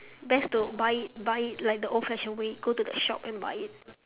best to buy it buy it like the old fashioned way go to the shop and buy it